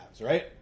right